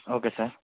okay sir